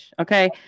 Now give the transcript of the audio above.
okay